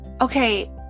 okay